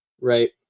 Right